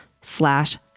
slash